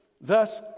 Thus